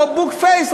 לא בוק-פייס,